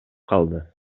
калды